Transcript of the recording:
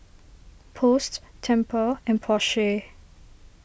Post Tempur and Porsche